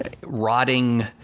rotting